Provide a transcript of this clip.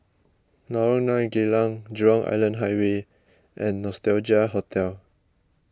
Lorong nine Geylang Jurong Island Highway and Nostalgia Hotel